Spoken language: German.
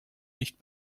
nicht